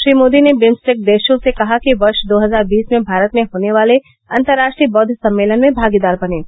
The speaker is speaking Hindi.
श्री मोदी ने बिम्स्टेक देशों से कहा कि वर्ष्य दो हजार बीस में भारत में होने वाले अन्तर्राट्रीय बौद्ध सम्मेलन में भागीदार बनें